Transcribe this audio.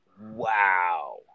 Wow